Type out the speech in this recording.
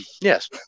Yes